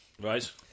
Right